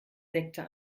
sekte